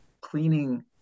cleaning